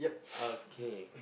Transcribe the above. okay